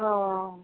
ओ